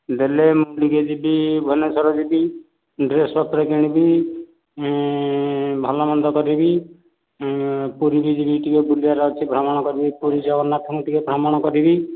ଦେଲେ ମୁଁ ଟିକିଏ ଯିବି ଭୁବନେଶ୍ୱର ଯିବି ଡ୍ରେସ୍ ପତ୍ର କିଣିବି ଭଲ ମନ୍ଦ କରିବି ପୁରୀ ବି ଯିବି ଟିକିଏ ବୁଲିବାର ଅଛି ଭ୍ରମଣ କରିବି ପୁରୀ ଜଗନ୍ନାଥଙ୍କୁ ଟିକିଏ ଭ୍ରମଣ କରିବି